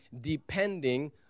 depending